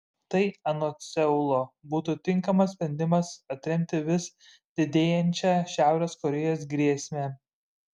tai anot seulo būtų tinkamas sprendimas atremti vis didėjančią šiaurės korėjos grėsmę